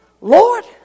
Lord